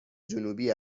جنوبی